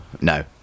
no